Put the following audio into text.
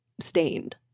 stained